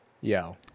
yo